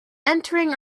entering